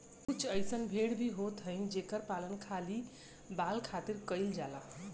कुछ अइसन भेड़ भी होत हई जेकर पालन खाली बाल खातिर कईल जात बाटे